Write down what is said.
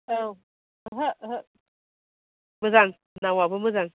औ ओहो ओहो मोजां नावआबो मोजां